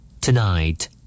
Tonight